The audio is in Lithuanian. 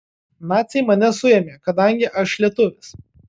naciai mane suėmė kadangi aš lietuvis